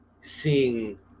seeing